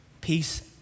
peace